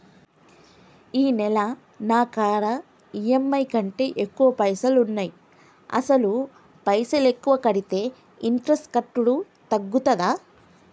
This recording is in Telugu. ఈ నెల నా కాడా ఈ.ఎమ్.ఐ కంటే ఎక్కువ పైసల్ ఉన్నాయి అసలు పైసల్ ఎక్కువ కడితే ఇంట్రెస్ట్ కట్టుడు తగ్గుతదా?